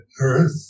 Earth